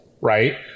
right